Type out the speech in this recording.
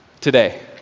today